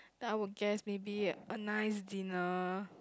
I would guess maybe a nice dinner